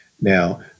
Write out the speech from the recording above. Now